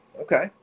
Okay